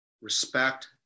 respect